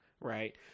Right